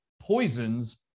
poisons